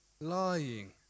lying